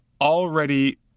already